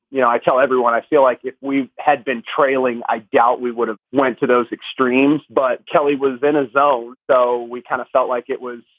you know, i tell everyone, i feel like if we had been trailing, i doubt we would have went to those extremes. but kelly was in a zone so we kind of felt like it was,